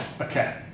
Okay